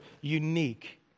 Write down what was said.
unique